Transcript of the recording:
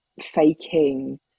faking